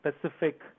specific